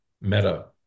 Meta